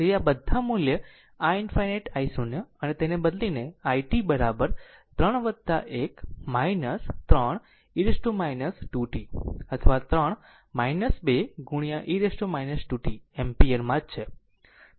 તેથી આ બધા મૂલ્ય i ∞ i0 અને તેને બદલીને i t 3 1 3 e t 2 t અથવા 3 2 ગુણ્યાe t 2 t એમ્પીયર માં જ છે